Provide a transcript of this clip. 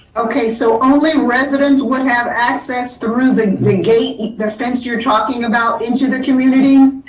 okay, so only residents would have access through the and the gate, the fence you're talking about into the community.